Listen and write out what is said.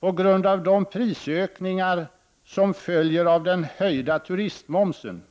På grund av de prisökningar som följer av den höjda ”turistmomsen”